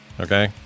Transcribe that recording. Okay